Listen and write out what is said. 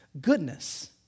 goodness